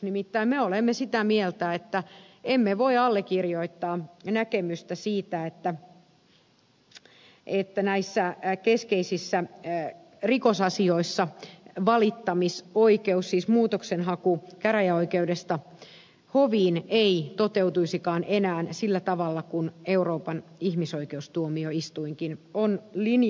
nimittäin me olemme sitä mieltä että emme voi allekirjoittaa näkemystä siitä että näissä keskeisissä rikosasioissa valittamisoikeus siis muutoksenhaku käräjäoikeudesta hoviin ei toteutuisikaan enää sillä tavalla kuin euroopan ihmisoikeustuomioistuinkin on linjannut